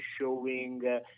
showing